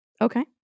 Okay